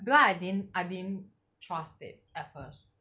but then I didn't I didn't trust it at first